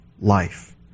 life